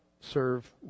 serve